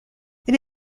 elle